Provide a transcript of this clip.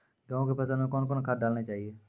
गेहूँ के फसल मे कौन कौन खाद डालने चाहिए?